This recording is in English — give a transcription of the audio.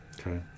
Okay